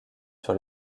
sur